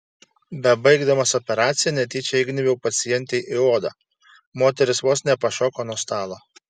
bebaigdamas operaciją netyčia įgnybiau pacientei į odą moteris vos nepašoko nuo stalo